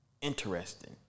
interesting